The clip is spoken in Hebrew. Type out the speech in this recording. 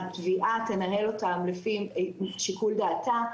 התביעה תנהל אותם לפי שיקול דעתה,